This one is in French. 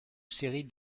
série